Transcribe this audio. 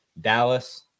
Dallas